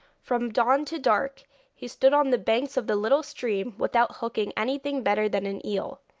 from dawn to dark he stood on the banks of the little stream, without hooking anything better than an eel,